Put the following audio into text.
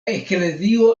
eklezio